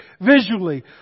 visually